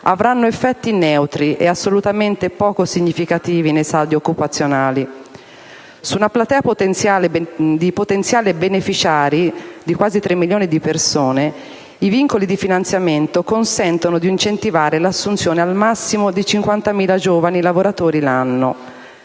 avranno effetti neutri o assolutamente poco significativi nei saldi occupazionali. Su una platea di potenziali beneficiari di quasi 3 milioni di persone, i vincoli di finanziamento consentono di incentivare l'assunzione al massimo di 50.000 giovani lavoratori l'anno.